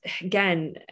again